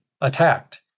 attacked